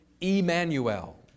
Emmanuel